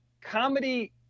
comedy